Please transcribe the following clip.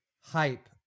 hype